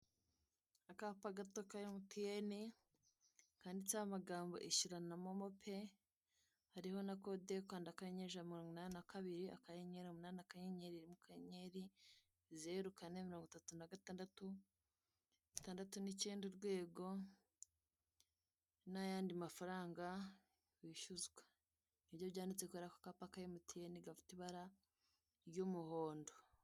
Akapa gato ka emutiyene kanditseho amagambo ishyura na momo pe, hariho na kode yo gukanda akanyenyeri ijana na mirongo inani na kabiri, akanyenyeri umunani, akanyenyeri, rimwe, akanyenyeri zeru, kane mirongo itatu, na gatandatu, tandatu, n'ikenda urwego. Nta yandi mafaranga wishyuzwa nibyo byanditse kuri ako kapa ka emutiyeni gafite ibara ry'umuhondo.